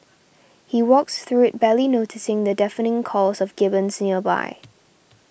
he walks through it barely noticing the deafening calls of gibbons nearby